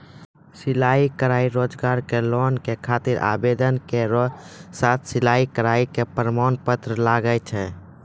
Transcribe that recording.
सिलाई कढ़ाई रोजगार के लोन के खातिर आवेदन केरो साथ सिलाई कढ़ाई के प्रमाण पत्र लागै छै?